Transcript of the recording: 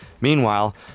Meanwhile